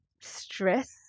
stress